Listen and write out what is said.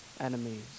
enemies